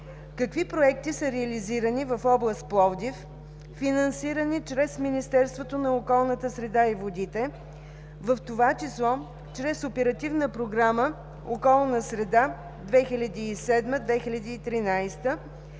какви проекти са реализирани в област Пловдив, финансирани чрез Министерството на околната среда и водите, в това число чрез Оперативна програма „Околна среда 2007-2013